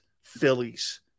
Phillies